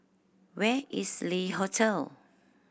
where is Le Hotel